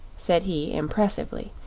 said he, impressively,